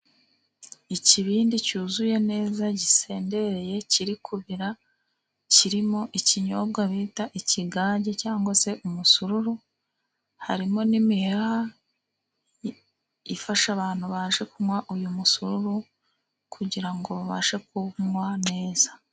Ikibindi cyuzuye neza gisendereye, kiri kubira. Kirimo ikinyobwa bita ikigage cyangwa se umusururu, harimo n'imiheha ifasha abantu baje kunywa uyu musururu, kugira babashe kuwunywa neza.